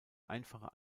einfache